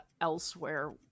elsewhere